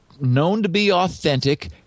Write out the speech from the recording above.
known-to-be-authentic